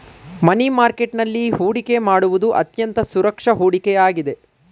ಮನಿ market ನಲ್ಲಿ ಹೊಡಿಕೆ ಮಾಡುವುದು ಅತ್ಯಂತ ಸುರಕ್ಷಿತ ಹೂಡಿಕೆ ಆಗಿದೆ